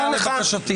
כאשר אני נענה לבקשתך,